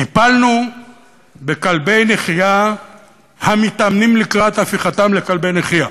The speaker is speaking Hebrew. טיפלנו בכלבי נחייה המתאמנים לקראת הפיכתם לכלבי נחייה,